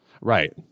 Right